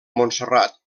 montserrat